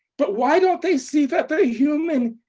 but why don't they see that the human